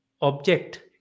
object